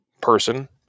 person